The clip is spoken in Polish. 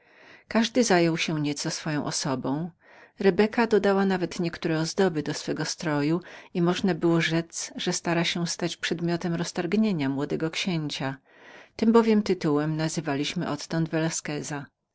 każdy zajął się nieco swoją powierzchownością rebeka nawet dodała niektóre ozdoby do swego stroju i można było rzec że starała się stać przedmiotem roztargnienia młodego księcia tym bowiem tytułem odtąd nazywaliśmy velasqueza wszedłem wtedy dopiero do